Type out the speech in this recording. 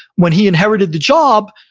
when he inherited the job,